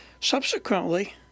subsequently